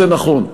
זה נכון.